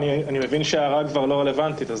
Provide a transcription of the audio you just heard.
אני מבין שההערה כבר לא רלוונטית,